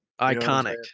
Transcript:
Iconic